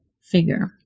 figure